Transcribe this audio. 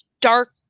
dark